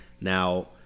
Now